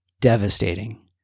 devastating